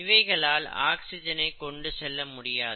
இவைகளால் ஆக்சிஜனை கொண்டு செல்ல முடியாது